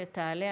עד שתעלה,